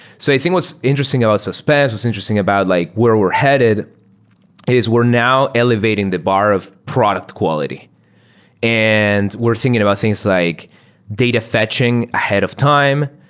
so i think what's interesting about suspense, what's interesting about like where we're headed is we're now elevating the bar of product quality and we're thinking about things like data fetching ahead of time.